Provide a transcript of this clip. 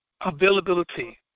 availability